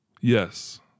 Yes